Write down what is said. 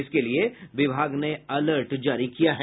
इसके लिए विभाग ने अलर्ट जारी किया है